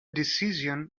decision